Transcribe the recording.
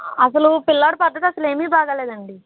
అసలు పిల్లాడి పద్దతి అసలు ఏమీ బాగా లేదు అండి